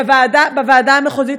בוועדה המחוזית.